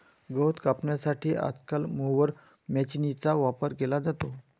गवत कापण्यासाठी आजकाल मोवर माचीनीचा वापर केला जातो